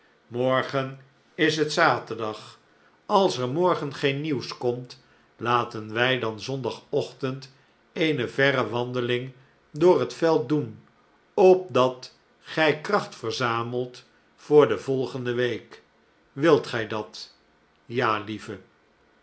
morgen is het zaterdag als er morgen geen nieuws komt laten wij dan zondagochtend eene verre wandeling door het veld doen opdat gij kracht verzamelt voor de volgende week wilt gij dat ja lieve